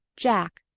jack.